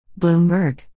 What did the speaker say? Bloomberg